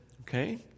okay